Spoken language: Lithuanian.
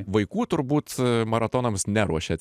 vaikų turbūt maratonams neruošiat